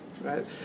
right